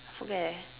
forget already